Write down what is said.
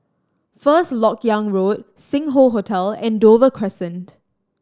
First Lok Yang Road Sing Hoe Hotel and Dover Crescent